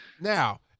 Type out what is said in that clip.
Now